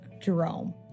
Jerome